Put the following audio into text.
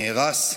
נהרס,